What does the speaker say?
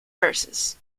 verses